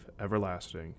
everlasting